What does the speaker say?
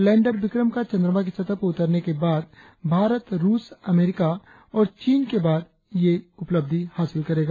lander Vikram का चंद्रमा की सतह पर उतरने के बाद भारत रुस अमरीका और चीन के बाद ये उपलब्धि हासिल करेगा